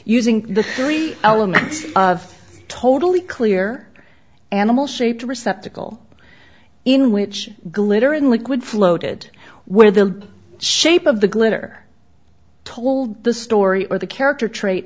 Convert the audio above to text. using the three elements of totally clear animal shaped receptacle in which glittering liquid floated where the shape of the glitter told the story or the character trait